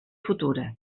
futura